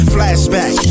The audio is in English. Flashback